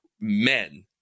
men